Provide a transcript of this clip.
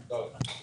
בבקשה.